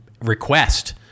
request